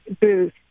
booth